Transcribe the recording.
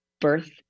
birth